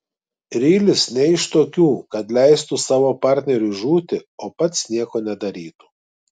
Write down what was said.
rylis ne iš tokių kad leistų savo partneriui žūti o pats nieko nedarytų